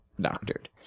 doctored